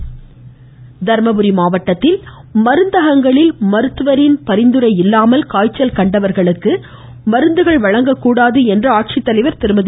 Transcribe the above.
Dharmapuri dengue Dharmapuri மாவட்டத்தில் மருந்தகங்களில் மருத்துவரின் பரிந்துரை இல்லாமல் காய்ச்சல் கண்டவர்களுக்கு மருந்துகளை வழங்கக்கூடாது என்று ஆட்சித்தலைவர் திருமதி